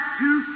two